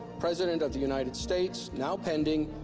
president of the united states, now pending,